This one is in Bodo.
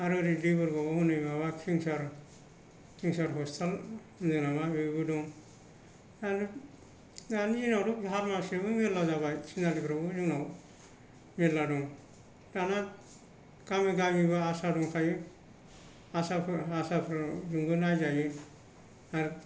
आरो हरै देबोरगावआवबो हनै माबा केन्सार हस्पिताल होनदों नामा बेबो दं आरो दानि दिनावथ' फार्मासि याबो मेरला जाबाय थिनालिफोरावबो जोंनाव मेरला दं दाना गामि गामिबा आसा दंखायो आसाफोर आसाफोरजोंबो नायजायो आरो